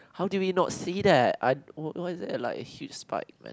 how do we not see that I wh~ why is it like a huge spike man